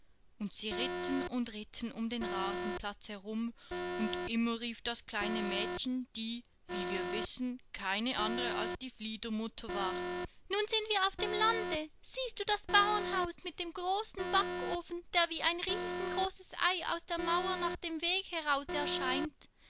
und sie ritten und ritten um den rasenplatz herum und immer rief das kleine mädchen die wie wir wissen keine andere als die fliedermutter war nun sind wir auf dem lande siehst du das bauernhaus mit dem großen backofen der wie ein riesengroßes ei aus der mauer nach dem weg heraus erscheint